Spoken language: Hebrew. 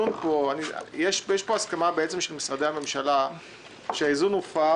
יש פה הסכמה של משרדי הממשלה שהאיזון הופר